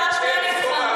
השר שטייניץ,